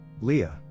Leah